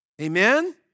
Amen